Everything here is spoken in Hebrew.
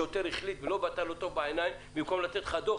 לשוטר טוב בעיניים ובמקום לתת לך דוח,